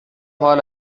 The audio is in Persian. حال